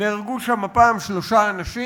נהרגו שם הפעם שלושה אנשים,